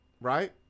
right